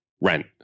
rent